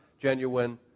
genuine